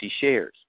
shares